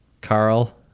Carl